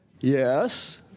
Yes